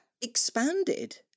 expanded